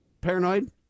paranoid